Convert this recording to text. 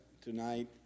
tonight